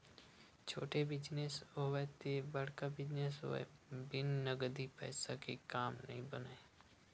छोटे बिजनेस होवय ते बड़का बिजनेस होवय बिन नगदी पइसा के काम नइ बनय